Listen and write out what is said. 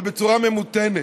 אבל בצורה ממותנת.